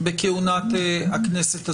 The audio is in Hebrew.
בכהונת הכנסת הזו.